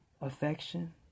affection